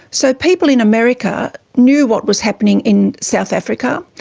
so people in america knew what was happening in south africa,